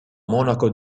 monaco